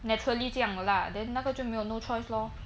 naturally 这样的 lah then 那个就没有 no choice lor